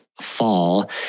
fall